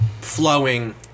flowing